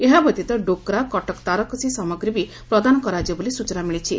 ଏହାବ୍ୟତୀତ ଡୋକ୍ରା କଟକ ତାରକସି ସାମଗ୍ରୀ ବି ପ୍ରଦାନ କରାଯିବ ବୋଲି ସ୍ଚନା ମିଳିଛି